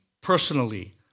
personally